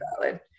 valid